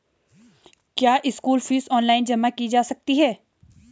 क्या school fees online जमा की जा सकती है?